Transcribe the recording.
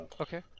Okay